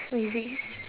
music is